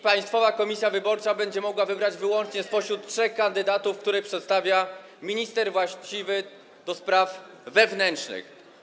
Państwowa Komisja Wyborcza będzie mogła wybrać wyłącznie spośród trzech kandydatów, których przedstawia minister właściwy do spraw wewnętrznych.